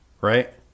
right